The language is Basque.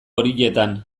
horietan